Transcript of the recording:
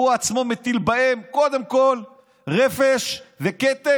והוא עצמו מטיל בהם קודם כול רפש וכתם.